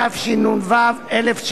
התשנ"ו 1996,